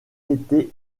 été